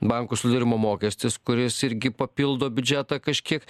bankų solidarumo mokestis kuris irgi papildo biudžetą kažkiek